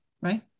right